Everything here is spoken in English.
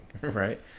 right